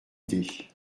idée